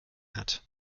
hat